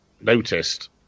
noticed